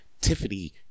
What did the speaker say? Tiffany